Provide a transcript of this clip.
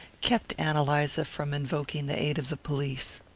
kept ann eliza from invoking the aid of the police.